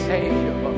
Savior